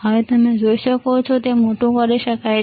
હવે તમે જોઈ શકો છો કે તે મોટુ કરી શકાય છે